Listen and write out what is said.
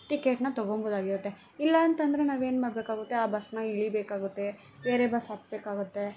ಟಿಕೆಟ್ನ ತಗೊಳ್ಬೋದಾಗಿರುತ್ತೆ ಇಲ್ಲಾಂತಂದ್ರೆ ನಾವೇನು ಮಾಡಬೇಕಾಗುತ್ತೆ ಆ ಬಸ್ನ ಇಳಿಬೇಕಾಗುತ್ತೆ ಬೇರೆ ಬಸ್ ಹತ್ತಬೇಕಾಗುತ್ತೆ